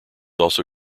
also